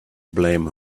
blame